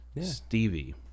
Stevie